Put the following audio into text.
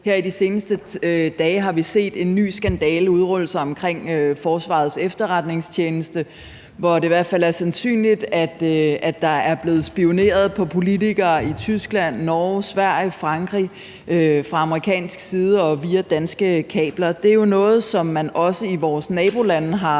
her i de seneste dage set en ny skandale udrulle sig omkring Forsvarets Efterretningstjeneste, hvor det i hvert fald er sandsynligt, at der er blevet spioneret mod politikere i Tyskland, Norge, Sverige og Frankrig fra amerikansk side og via danske kabler. Og det er jo noget, som man også i vores nabolande har